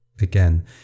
again